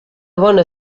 bona